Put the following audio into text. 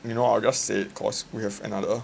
you know I'll just say it cause we have another